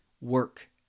work